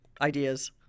ideas